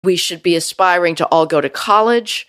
We should be aspiring to all go to college.